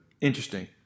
Interesting